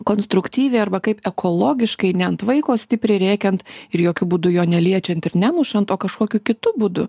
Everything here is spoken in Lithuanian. konstruktyviai arba kaip ekologiškai ne ant vaiko stipriai rėkiant ir jokiu būdu jo neliečiant ir nemušant o kažkokiu kitu būdu